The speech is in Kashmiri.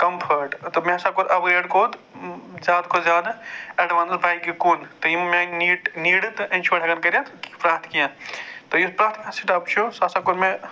کَمفٲرٹ تہٕ مےٚ ہسا کوٚر اَپ ڈیٹ کوٚت زیادٕ کھۄتہٕ زیادٕ ایڈوانَس بایکہِ کُن تہٕ یِم میٛٲنۍ نیٖٹ نیٖڈٕ تہٕ اِنشور ہٮ۪کن کٔرِتھ پرٛتھ کیٚنٛہہ تہٕ پرٛتھ کانٛہہ سِٹاپ چھُ سُہ ہسا کوٚر مےٚ